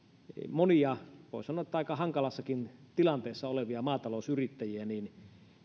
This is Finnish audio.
monia voi sanoa aika hankalassakin tilanteessa olevia maatalousyrittäjiä niin